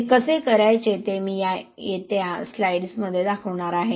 ते कसे करायचे ते मी येत्या स्लाइड्समध्ये दाखवणार आहे